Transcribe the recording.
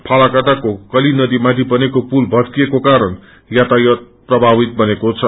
फालाकाट्टाको कात्रली नदीमाथि बनेको पुल भत्किएको कारण याातायातमा प्रभावित बनेको छ